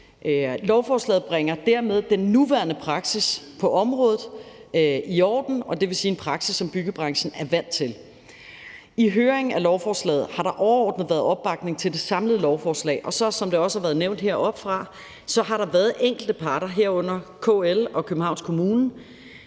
Lovforslaget bringer dermed den nuværende praksis på området i orden, og det vil sige en praksis, som byggebranchen er vant til. I høringen af lovforslaget har der overordnet været opbakning til det samlede lovforslag. Og som det også har været nævnt heroppefra, har der været enkelte parter, herunder KL og Københavns Kommune,